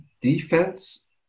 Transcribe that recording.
defense